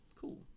Cool